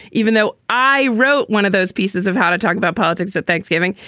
even though i wrote one of those pieces of how to talk about politics at thanksgiving.